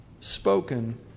spoken